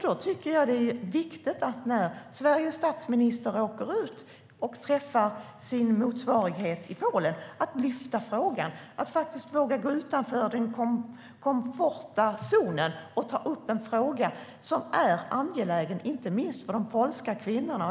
Det är viktigt när Sveriges statsminister åker ut och träffar sin motsvarighet i Polen att lyfta upp frågan och våga gå utanför den komforta zonen och ta upp en fråga som är angelägen inte minst för de polska kvinnorna.